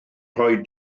rhoi